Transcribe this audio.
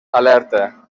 alerta